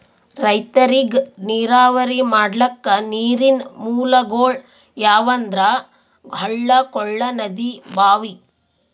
ರೈತರಿಗ್ ನೀರಾವರಿ ಮಾಡ್ಲಕ್ಕ ನೀರಿನ್ ಮೂಲಗೊಳ್ ಯಾವಂದ್ರ ಹಳ್ಳ ಕೊಳ್ಳ ನದಿ ಭಾಂವಿ